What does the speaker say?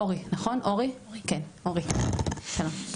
שלום.